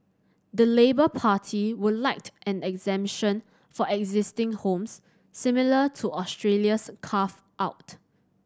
the Labour Party would like an exemption for existing homes similar to Australia's carve out